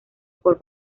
por